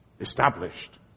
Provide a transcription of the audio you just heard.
established